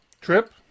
Trip